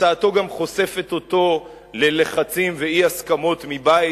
הצעתו גם חושפת אותו ללחצים ואי-הסכמות מבית,